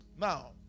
Now